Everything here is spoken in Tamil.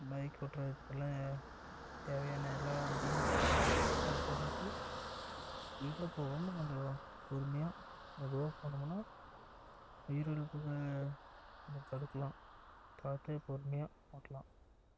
பைக் ஓட்றதுக்குலாம் தேவையான எல்லா இதுயும் ஃபஸ்ட்ல போட்டுக்கிட்டு ஸ்பீடாக போவாமல் கொஞ்சம் பொறுமையாக மெதுவாக போனோமுன்னா உயிரிலப்புக்களை கொஞ்சம் தடுக்கலாம் பார்த்து பொறுமையாக ஓட்டலாம்